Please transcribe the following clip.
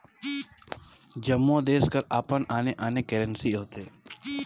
जम्मो देस कर अपन आने आने करेंसी होथे